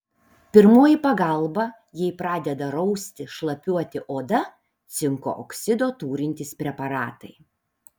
pirmoji pagalba jei pradeda rausti šlapiuoti oda cinko oksido turintys preparatai